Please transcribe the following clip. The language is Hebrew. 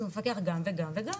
אז נגיד הוא מפקח גם וגם וגם,